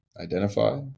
identify